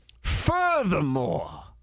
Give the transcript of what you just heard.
Furthermore